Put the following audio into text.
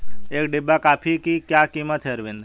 एक डिब्बा कॉफी की क्या कीमत है अरविंद?